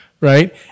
right